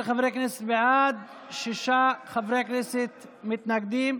14 חברי כנסת בעד, שישה חברי כנסת מתנגדים.